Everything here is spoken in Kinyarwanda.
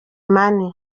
money